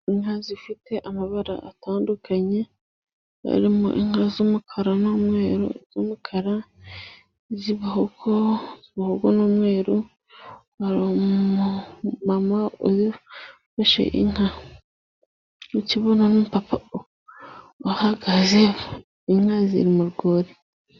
Inka zifite amabara atandukanye， arimo inka z'umukara n'umweru， z'umukara n'iz'ibihogo， ibihogo n'umweru， hari umumama ufashe inka , ndi kubona n'umupapa uhahagaze， inka ziri mu rwuri.